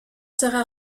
sera